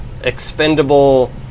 expendable